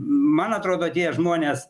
man atrodo tie žmonės